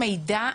מידע,